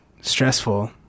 stressful